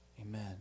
Amen